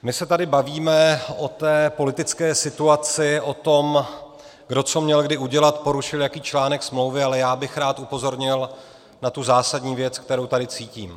My se tady bavíme o té politické situaci, o tom, kdo co měl kdy udělat, porušil jaký článek smlouvy, ale já bych rád upozornil na tu zásadní věc, kterou tady cítím.